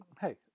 Hey